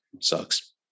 Sucks